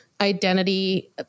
identity